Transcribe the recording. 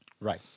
Right